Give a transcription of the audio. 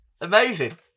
Amazing